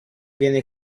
venne